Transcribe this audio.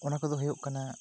ᱚᱱᱟ ᱠᱚᱫᱚ ᱦᱩᱭᱩᱜ ᱠᱟᱱᱟ